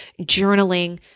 journaling